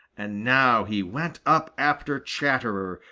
and now he went up after chatterer,